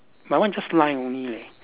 mine one just line only leh